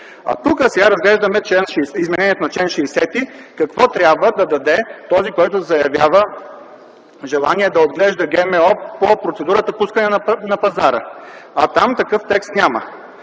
Тук сега разглеждаме изменението на чл. 60 – какво трябва да даде този, който заявява желание да отглежда ГМО по процедурата „пускане на пазара”. Там такъв текст няма.